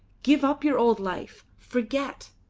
give up your old life! forget!